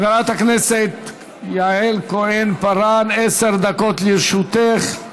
חברת הכנסת יעל כהן-פארן, עשר דקות לרשותך.